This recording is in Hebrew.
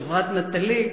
חברת "נטלי",